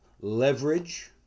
leverage